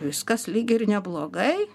viskas lyg ir neblogai